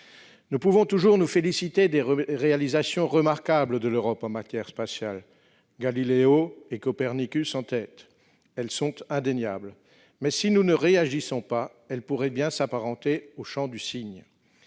nous pouvons toujours nous féliciter des réalisations remarquables de l'Europe en matière spatiale, Galileo et Copernicus en tête ; elles sont indéniables, mais, si nous ne réagissons pas, elles pourraient bien s'apparenter au chant du cygne.